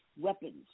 weapons